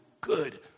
good